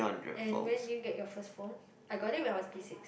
and when do you get your first phone I got it when I was P-six